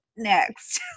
Next